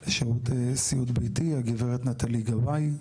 של סיעוד ביתי, הגב' נטלי גבאי.